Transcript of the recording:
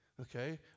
Okay